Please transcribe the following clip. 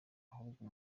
ahubwo